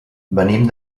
venim